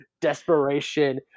desperation